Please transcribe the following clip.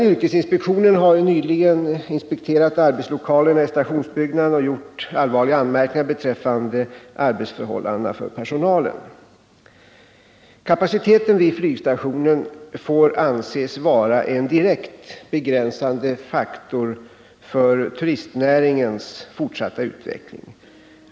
Yrkesinspektionen har nyligen inspekterat arbetslokalerna i stationsbyggnaden och framställt allvarliga anmärkningar beträffande arbetsförhållanden för personalen. Kapaciteten vid flygstationen får anses vara en direkt begränsande faktor för turistnäringens fortsatta utveckling.